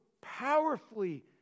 powerfully